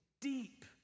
deep